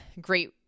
great